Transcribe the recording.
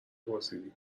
پرسیدی